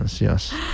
yes